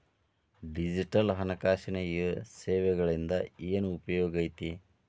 digital ಹಣಕಾಸಿನ ಸೇವೆಗಳಿಂದ ಏನ್ ಉಪಯೋಗೈತಿ